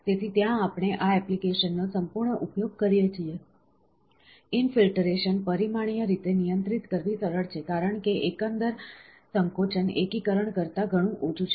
તેથી ત્યાં આપણે આ એપ્લિકેશન નો સંપૂર્ણ ઉપયોગ કરીએ છીએ ઈનફિલ્ટરેશન પરિમાણીય રીતે નિયંત્રિત કરવી સરળ છે કારણ કે એકંદર સંકોચન એકીકરણ કરતા ઘણું ઓછું છે